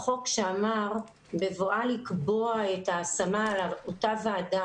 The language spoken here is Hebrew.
החוק שאמר "בבואה לקבוע את השמתו - אותה ועדה